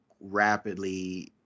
rapidly